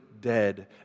dead